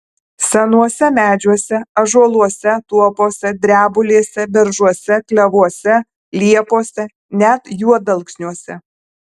senuose medžiuose ąžuoluose tuopose drebulėse beržuose klevuose liepose net juodalksniuose